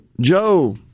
Joe